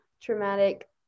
traumatic